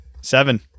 Seven